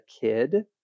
kid